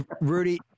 Rudy